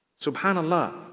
Subhanallah